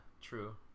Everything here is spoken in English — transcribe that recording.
true